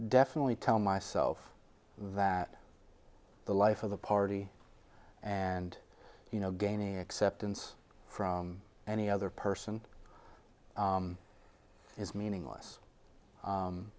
definitely tell myself that the life of the party and you know gaining acceptance from any other person is meaningless